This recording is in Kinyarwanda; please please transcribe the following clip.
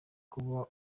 kuba